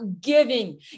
giving